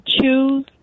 choose